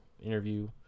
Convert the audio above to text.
interview